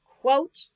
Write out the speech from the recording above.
quote